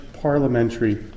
parliamentary